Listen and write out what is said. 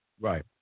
Right